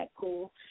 cool